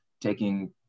taking